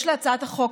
יש להצעת החוק,